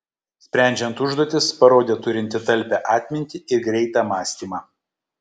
sprendžiant užduotis parodė turinti talpią atmintį ir greitą mąstymą